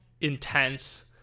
intense